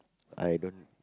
I don't